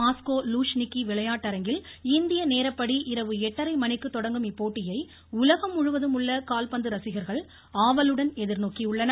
Moscow Luzhniki விளையாட்டரங்கில் இந்திய நேரப்படி இரவு எட்டரை மணிக்கு தொடங்கும் இப்போட்டியை உலகம் முழுவதும் உள்ள கால்பந்து ரசிகர்கள் ஆவலுடன் எதிர்நோக்கியுள்ளனர்